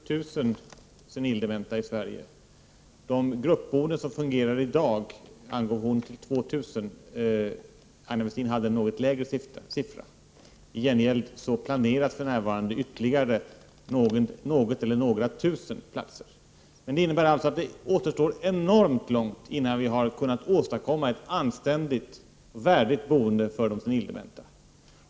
Fru talman! Ulla Tillander nämnde att det finns 60 000 senildementa i Sverige och angav att 2 000 av dessa i dag bor i gruppbostäder. Aina Westin hade en något lägre siffra men nämnde i gengäld att det för närvarande planeras ytterligare några tusen platser. Det innebär alltså att det återstår enormt mycket innan vi har kunnat åstadkomma ett anständigt och värdigt boende för de senildementa.